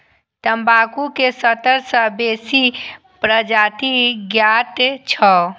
तंबाकू के सत्तर सं बेसी प्रजाति ज्ञात छै